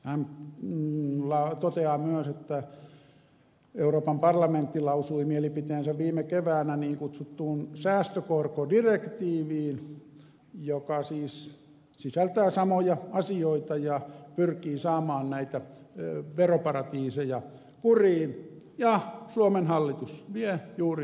hän toteaa myös että euroopan parlamentti lausui mielipiteensä viime keväänä niin kutsutusta säästökorkodirektiivistä joka siis sisältää samoja asioita ja pyrkii saamaan näitä veroparatiiseja kuriin ja suomen hallitus vie juuri toiseen suuntaan